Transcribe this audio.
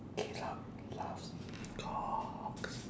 caleb loves cocks